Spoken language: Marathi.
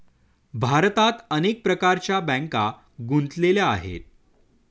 भारतात अनेक प्रकारच्या बँका गुंतलेल्या आहेत